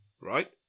right